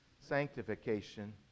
sanctification